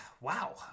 Wow